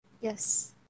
Yes